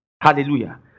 Hallelujah